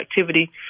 activity